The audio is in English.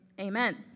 amen